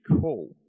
cool